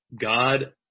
God